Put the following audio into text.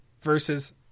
versus